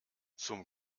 zum